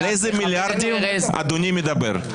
על איזה מיליארדים אדוני מדבר?